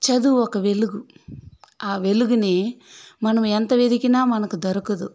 చదువు ఒక వెలుగు ఆ వెలుగుని మనం ఎంత వెదికినా మనకు దొరకదు